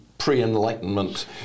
Pre-enlightenment